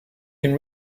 can